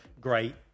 great